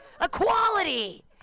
Equality